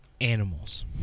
Animals